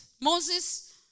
Moses